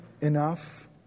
enough